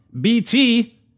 BT